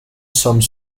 some